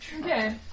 okay